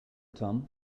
tom